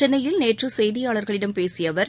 சென்னையில் நேற்றுசெய்தியாளர்களிடம் பேசியஅவர்